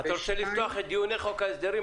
אתה רוצה לפתוח עכשיו את דיוני חוק ההסדרים?